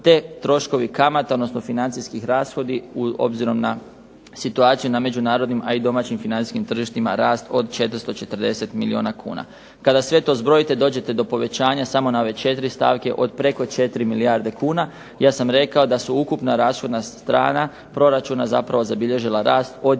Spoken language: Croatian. te troškovi kamata, odnosno financijski rashodi, obzirom na situaciju na međunarodnim a i domaćim financijskim tržištima rast od 440 milijuna kuna. Kada sve to zbrojite dođete do povećanja samo na ove četiri stavke od preko 4 milijarde kuna. Ja sam rekao da su ukupna rashodna strana proračuna zapravo zabilježila rast od